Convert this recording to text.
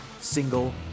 single